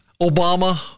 Obama